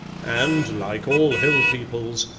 and, like all hill peoples,